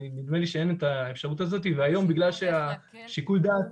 נדמה לי שאין את האפשרות הזאת והיום בגלל ששיקול הדעת